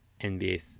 NBA